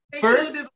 First-